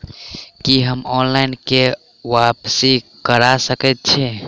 की हम online, KYC करा सकैत छी?